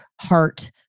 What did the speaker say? heart